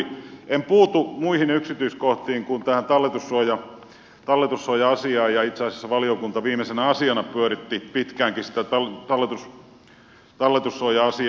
en puutu muihin yksityiskohtiin kuin tähän talletussuoja asiaan ja itse asiassa valiokunta viimeisenä asiana pyöritti pitkäänkin sitä talletussuoja asiaa